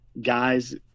guys